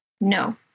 No